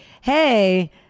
hey